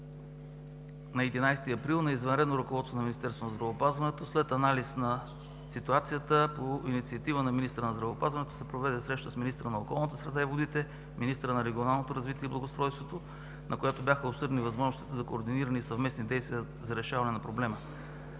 На 11 април на извънредно заседание, ръководството на Министерството на здравеопазването след анализ на ситуацията, по инициатива на министъра на здравеопазването се проведе среща с министъра на околна среда и водите, министъра на регионалното развитие и благоустройството, на която бяха обсъдени възможностите за координирани съвместни действия за решаване на проблема.